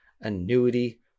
Annuity